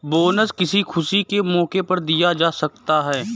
bonus किसी खुशी के मौके पर दिया जा सकता है